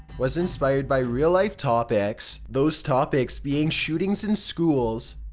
was inspired by real-life topics those topics being shootings in schools.